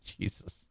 Jesus